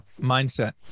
mindset